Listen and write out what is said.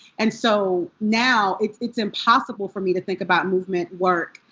and so now it's it's impossible for me to think about movement work,